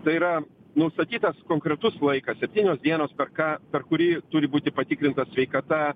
tai yra nustatytas konkretus laikas septynios dienos per ką per kurį turi būti patikrinta sveikata